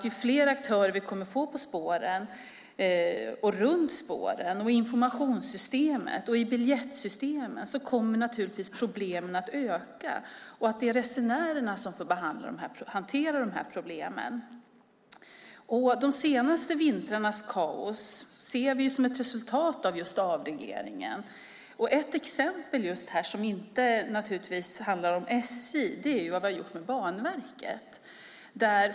Ju fler aktörer vi får på spåren, runt spåren, i informationssystem och biljettsystem desto mer kommer naturligtvis problemen att öka, och det är resenärerna som får hantera dessa problem. De senaste vintrarnas kaos ser vi som ett resultat av just avregleringen. Ett exempel som inte handlar om SJ är vad vi har gjort med Banverket.